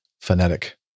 phonetic